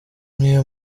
niyo